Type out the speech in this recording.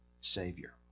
Savior